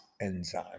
enzyme